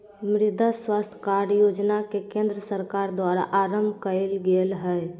मृदा स्वास्थ कार्ड योजना के केंद्र सरकार द्वारा आरंभ कइल गेल हइ